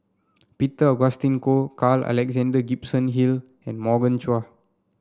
Peter Augustine Goh Carl Alexander Gibson Hill and Morgan Chua